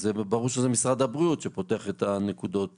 ברור שזה משרד הבריאות שפותח את נקודות